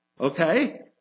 Okay